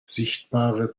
sichtbare